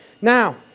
Now